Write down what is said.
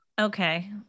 Okay